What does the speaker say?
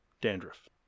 Dandruff